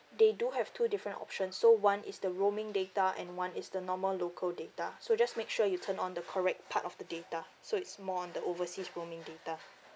they do have two different options so one is the roaming data and one is the normal local data so just make sure you turn on the correct part of the data so it's more on the overseas roaming data